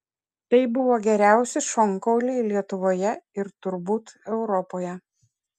tai buvo geriausi šonkauliai lietuvoje ir turbūt europoje